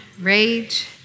rage